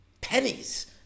pennies